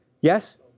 Yes